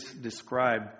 describe